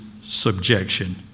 subjection